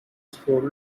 school